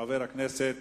חבר הכנסת